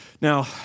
Now